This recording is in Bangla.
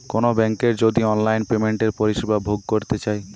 কোনো বেংকের যদি অনলাইন পেমেন্টের পরিষেবা ভোগ করতে চাই